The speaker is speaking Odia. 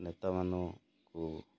ନେତାମାନଙ୍କୁ